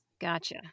Gotcha